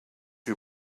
you